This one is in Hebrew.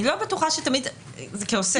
אני לא בטוחה שתמיד זה כעוסק.